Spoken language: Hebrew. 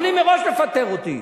יכולים מראש לפטר אותי.